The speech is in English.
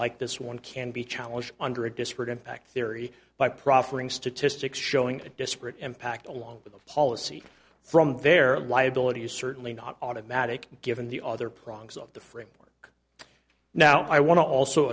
like this one can be challenged under a disparate impact theory by proffering statistics showing a disparate impact along with the policy from their liability is certainly not automatic given the other prongs of the framework now i want to also